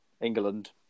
England